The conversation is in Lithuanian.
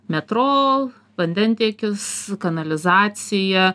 metro vandentiekis kanalizacija